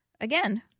Again